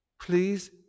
please